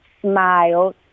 smiled